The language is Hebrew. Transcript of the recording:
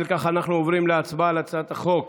לפיכך, אנחנו עוברים להצבעה על הצעת החוק